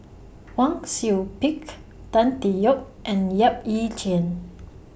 Wang Sui Pick Tan Tee Yoke and Yap Ee Chian